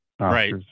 Right